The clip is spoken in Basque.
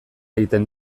egiten